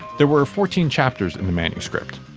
there were fourteen chapters in the manuscript.